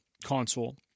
console